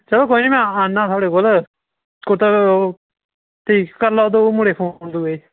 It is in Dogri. चलो कोई निं में आना थुआढ़े कोल ते तुस करी लैओ फोन दूऐ मुढ़े गी